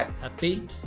happy